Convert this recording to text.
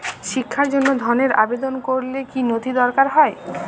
শিক্ষার জন্য ধনের আবেদন করলে কী নথি দরকার হয়?